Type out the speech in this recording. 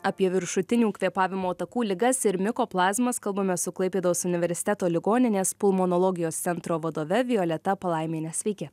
apie viršutinių kvėpavimo takų ligas ir mikoplazmas kalbamės su klaipėdos universiteto ligoninės pulmonologijos centro vadove violeta palaimiene sveiki